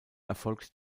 erfolgt